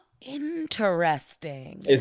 interesting